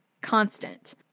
constant